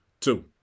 two